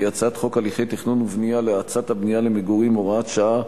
כי הצעת חוק הליכי תכנון ובנייה להאצת הבנייה למגורים (הוראת שעה),